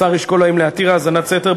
השר ישקול האם להתיר האזנת סתר,